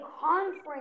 conference